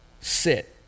sit